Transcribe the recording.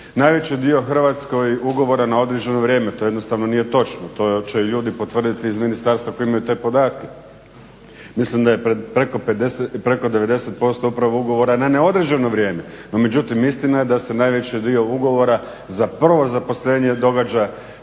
najveći dio u Hrvatskoj ugovora na određeno vrijeme. To jednostavno nije točno, to će ljudi potvrditi iz ministarstva koji imaju te podatke. Mislim da je preko 90% upravo ugovora na neodređeno vrijeme, no međutim istina je da se najveći dio ugovora za prvo zaposlenje događa